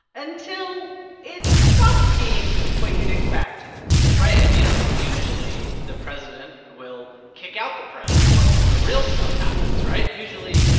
until it stops being what you'd expect right. and you know, usually, the president will kick out the press once the real stuff happens. right? usually,